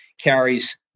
carries